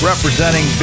Representing